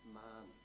man